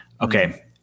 okay